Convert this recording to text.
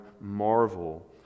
marvel